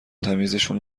تمیزشون